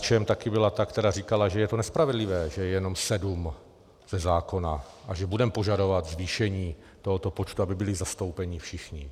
KSČM taky byla ta, která říkala, že je to nespravedlivé, že je jenom sedm ze zákona a že budeme požadovat zvýšení tohoto počtu, aby byli zastoupeni všichni.